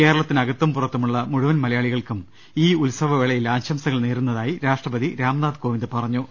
കേരളത്തിനകത്തും പുറത്തുമുള്ള മുഴുവൻ മലയാളി കൾക്കും ഈ ഉത്സവവേളയിൽ ആശംസകൾ നേരുന്നതായി രാഷ്ട്രപതി രാംനാഥ് കോവിന്ദ് പറഞ്ഞു